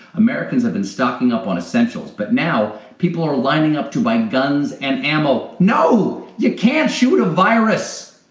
americans have been stocking up on essentials, but, now, people are lining up to buy guns and ammo. no! you can't shoot a virus!